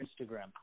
Instagram